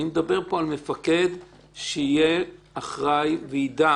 אני מדבר על מפקד שיהיה אחראי ויידע